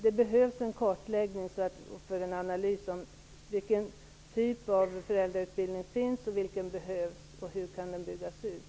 Det behövs en kartläggning för en analys av vilken typ av föräldrautbildning som finns, vilken som behövs och hur den skall kunna byggas ut.